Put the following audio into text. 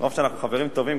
מרוב שאנחנו חברים טובים,